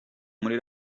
muri